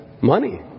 money